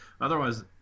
Otherwise